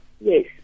Yes